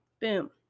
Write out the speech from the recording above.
Boom